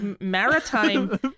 maritime